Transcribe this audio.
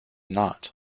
not